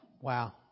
Wow